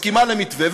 מסכימה למתווה,